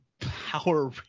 Power